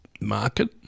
market